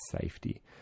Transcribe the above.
safety